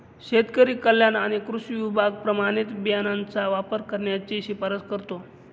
शेतकरी कल्याण आणि कृषी विभाग प्रमाणित बियाणांचा वापर करण्याची शिफारस करतो